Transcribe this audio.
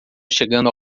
chegando